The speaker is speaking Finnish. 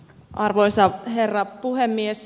arvoisa herra puhemies